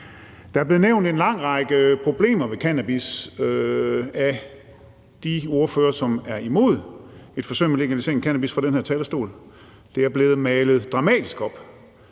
talerstol blevet nævnt en lang række problemer ved cannabis af de ordførere, som er imod et forsøg med legalisering af cannabis. Det er blevet malet dramatisk op,